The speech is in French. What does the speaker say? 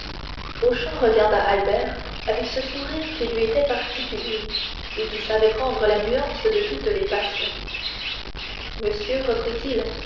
regarda albert avec ce sourire qui lui était particulier et qui savait prendre la nuance de toutes les passions monsieur